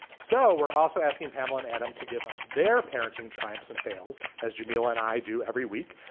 so we're also asking pamela and adam to give us their parenting triumphs and fails, as jamila and i do every week,